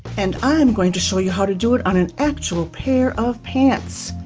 and i'm going to show you how to do it on an actual pair of pants.